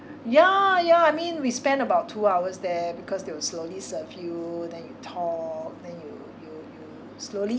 ya ya I mean we spent about two hours there because they will slowly serve you then you talk then you you you slowly